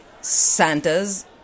Santa's